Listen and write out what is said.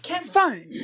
Phone